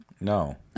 No